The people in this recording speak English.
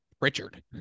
Richard